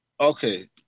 Okay